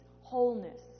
wholeness